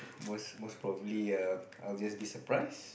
most most probably err I would just be surprised